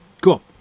Cool